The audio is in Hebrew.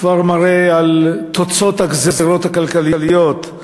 כבר מראה את תוצאות הגזירות הכלכליות.